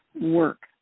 work